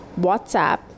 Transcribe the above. WhatsApp